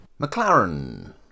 McLaren